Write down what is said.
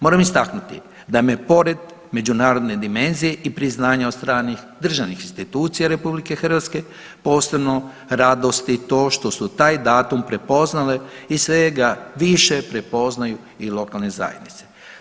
Moram istaknuti da me pored međunarodne dimenzije i priznanja od stranih državnih institucija RH posebno radosti to što su taj datum prepoznale i sve ga više prepoznaju i lokalne zajednice.